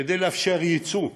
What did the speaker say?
כדי לאפשר ייצוא.